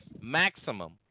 maximum